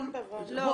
אבל לא.